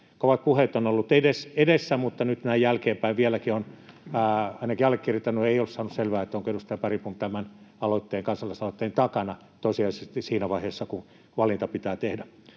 Kovat puheet ovat olleet edessä, mutta nyt näin jälkeenpäin vieläkään ainakaan allekirjoittanut ei ole saanut selvää, onko edustaja Bergbom tämän kansalaisaloitteen takana tosiasiallisesti siinä vaiheessa, kun valinta pitää tehdä.